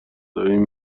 داریم